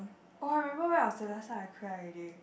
oh I remember when was the last time I cry already